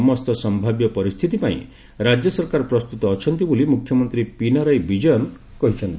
ସମସ୍ତ ସମ୍ଭାବ୍ୟ ପରିସ୍ଥିତି ପାଇଁ ରାଜ୍ୟ ସରକାର ପ୍ରସ୍ତୁତ ଅଛନ୍ତି ବୋଲି ମୁଖ୍ୟମନ୍ତ୍ରୀ ପିନାରାୟୀ ବିଜୟନ୍ କହିଛନ୍ତି